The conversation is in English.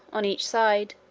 on each side,